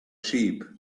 sheep